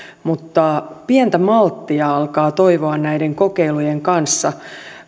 mutta pientä malttia alkaa toivoa näiden kokeilujen kanssa